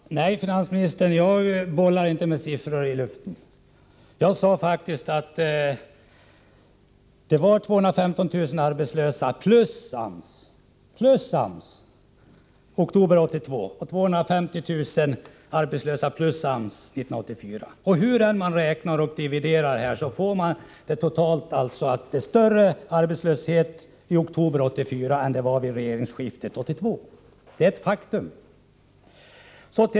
Fru talman! Nej, herr finansminister, jag bollar inte med siffror i luften. Jag sade faktiskt att det var 215 000 arbetslösa plus AMS-sysselsatta i oktober 1982 och 250 000 arbetslösa plus AMS-sysselsatta 1984. Hur man än räknar framgår det att arbetslösheten totalt var högre i oktober 1984 än vid regeringsskiftet 1982. Det är ett faktum.